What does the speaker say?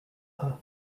her